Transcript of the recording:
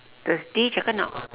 thursday cakap nak